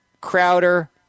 Crowder